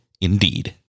Indeed